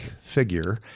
figure